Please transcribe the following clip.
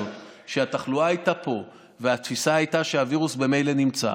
כשהתחלואה הייתה פה והתפיסה הייתה שהווירוס ממילא נמצא,